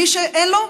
מי שאין לו,